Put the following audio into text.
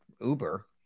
Uber